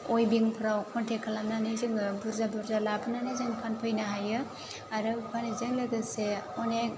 अइबिंफ्राव कनटेक खालामनानै जोङो बुरजा बुरजा लाबोनानै जों फानफैनो हायो आरो फान्नायजों लोगोसे अनेक